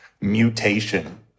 mutation